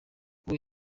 ubwo